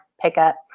pickup